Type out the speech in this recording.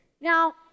now